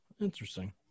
Interesting